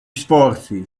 sforzi